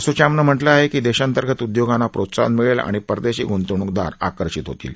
असोचम्मनं म्हटलं आहे की देशांतर्गत उद्योगांना प्रोत्साहन मिळेल आणि परदेशी गुंतवणूकदार आकर्षित होतील